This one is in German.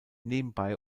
nebenbei